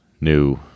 new